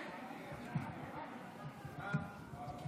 תודה רבה.